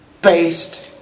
based